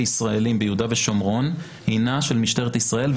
ישראלים ביהודה ושומרון הינה של משטרת ישראל,